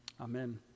Amen